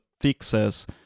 fixes